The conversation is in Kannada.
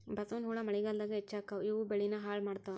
ಬಸವನಹುಳಾ ಮಳಿಗಾಲದಾಗ ಹೆಚ್ಚಕ್ಕಾವ ಇವು ಬೆಳಿನ ಹಾಳ ಮಾಡತಾವ